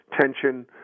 tension